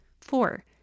Four